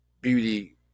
beauty